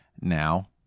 now